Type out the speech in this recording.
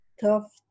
tough